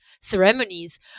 ceremonies